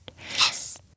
Yes